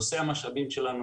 נושא המשאבים שלנו